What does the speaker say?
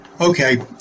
Okay